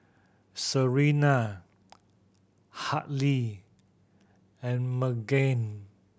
Serena Hadley and Margene